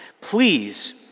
please